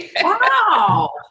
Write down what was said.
wow